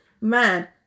man